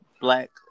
black